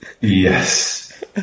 Yes